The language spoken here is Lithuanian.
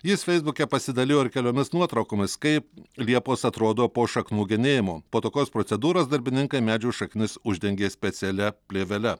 jis feisbuke pasidalijo keliomis nuotraukomis kaip liepos atrodo po šaknų genėjimo po tokios procedūros darbininkai medžių šaknis uždengė specialia plėvele